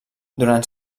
durant